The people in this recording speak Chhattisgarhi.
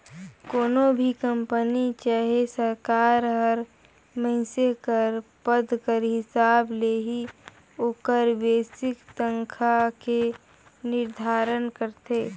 कोनो भी कंपनी चहे सरकार हर मइनसे कर पद कर हिसाब ले ही ओकर बेसिक तनखा के निरधारन करथे